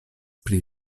pri